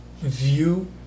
view